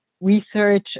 research